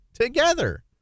together